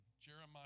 Jeremiah